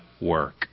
work